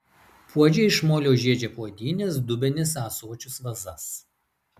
puodžiai iš molio žiedžia puodynes dubenis ąsočius vazas